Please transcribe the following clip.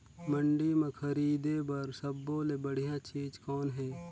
मंडी म खरीदे बर सब्बो ले बढ़िया चीज़ कौन हे?